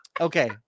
Okay